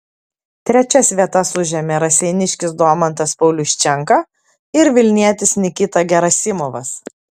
trečias vietas užėmė raseiniškis domantas pauliuščenka ir vilnietis nikita gerasimovas